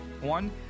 One